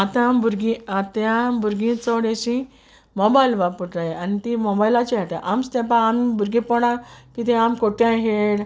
आतां भुरगीं आतां भुरगीं चोड अेशीं मोबायल वापुरताय आनी तीं मोबायलाचेर हेटाय आमच तेंपार आमी भुरगेपोणार कितें आम कोट्ट्यां हेळ